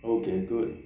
okay good